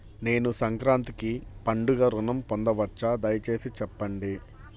నేను సంక్రాంతికి పండుగ ఋణం పొందవచ్చా? దయచేసి చెప్పండి?